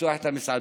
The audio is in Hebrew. לפתוח את המסעדות.